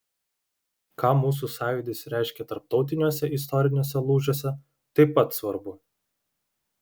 ką mūsų sąjūdis reiškė tarptautiniuose istoriniuose lūžiuose taip pat svarbu